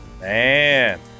Man